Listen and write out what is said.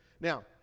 Now